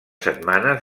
setmanes